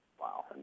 Wow